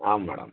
ஆமாம் மேடம்